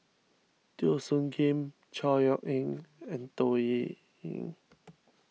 Teo Soon Kim Chor Yeok Eng and Toh